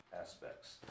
aspects